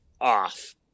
off